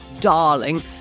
darling